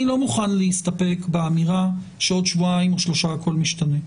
אני לא מוכן להסתפק באמירה שעוד שבועיים או שלושה הכול משתנה.